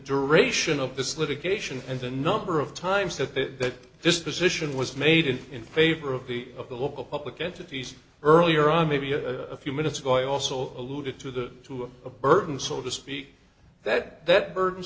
duration of this litigation and the number of times that this position was made and in favor of the of the local public entities earlier i may be a few minutes ago i also alluded to the to a burden so to speak that that burden